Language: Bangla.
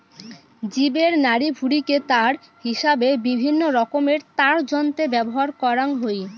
জীবের নাড়িভুঁড়িকে তার হিসাবে বিভিন্নরকমের তারযন্ত্রে ব্যবহার করাং হই